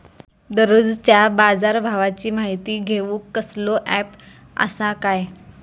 दररोजच्या बाजारभावाची माहिती घेऊक कसलो अँप आसा काय?